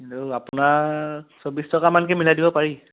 হ'লেও আপোনাৰ চৌব্বিছ টকামানকৈ মিলাই দিব পাৰি